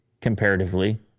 comparatively